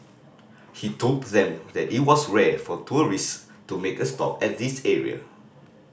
he told them that it was rare for tourist to make a stop at this area